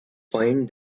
point